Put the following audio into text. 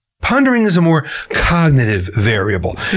pondering is a more cognitive variable,